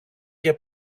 για